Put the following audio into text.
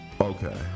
Okay